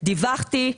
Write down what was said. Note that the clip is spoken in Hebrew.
דיווחתי.